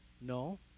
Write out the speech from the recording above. No